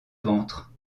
ventre